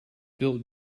built